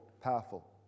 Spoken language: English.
powerful